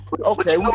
Okay